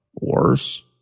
worse